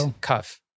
Cuff